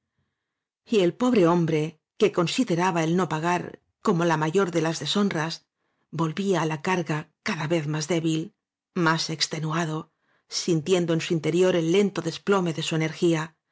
el pobre hombre que consideraba el no pagar como la mayor de las deshonras volvía á la carga cada vez más débil más extenuado sintiendo en su interior el lento desplome de su energía